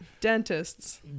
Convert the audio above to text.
Dentists